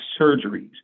surgeries